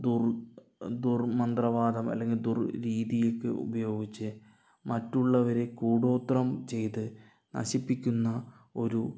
ദുർ ദുർമന്ത്രവാദം അല്ലെങ്കിൽ ദുർ രീതി ഉപയോഗിച്ച് മറ്റുള്ളവരെ കൂടോത്രം ചെയ്തു നശിപ്പിക്കുന്ന ഒരു